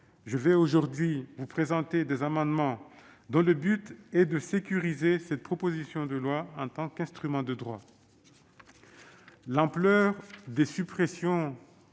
je vais aujourd'hui vous présenter des amendements dont le but est de sécuriser cette proposition de loi en tant qu'instrument de droit. L'ampleur des suppressions